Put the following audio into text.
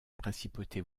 principauté